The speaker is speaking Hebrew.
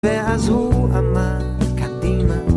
ואז הוא אמר, קדימה